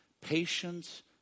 patience